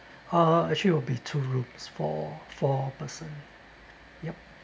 uh actually will be two rooms four four person yup